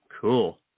Cool